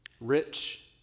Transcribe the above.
rich